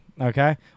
okay